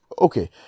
okay